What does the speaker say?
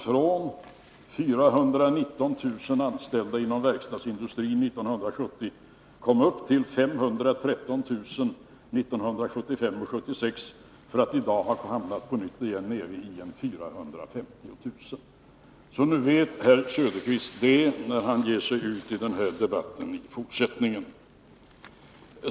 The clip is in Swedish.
Från 419 000 anställda inom verkstadsindustrin 1970 kommer man upp till 513 000 1975 och 1976, för att i dag på nytt ha hamnat nere i 450 000. Så nu vet herr Söderqvist det, när han ger sig ut i den här debatten i fortsättningen.